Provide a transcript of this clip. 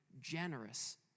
generous